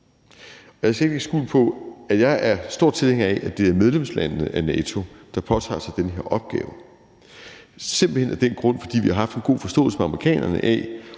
jeg er stor tilhænger af, at det er medlemslandene i NATO, der påtager sig den her opgave, simpelt hen af den grund, at vi har haft en god forståelse med amerikanerne om,